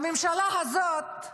הממשלה הזאת,